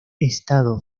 estado